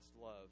love